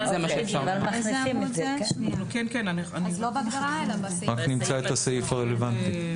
רק נמצא את הסעיף הרלוונטי.